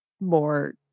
more